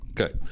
Okay